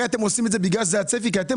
אתם עושים את זה בגלל שזה הצפי כי אתם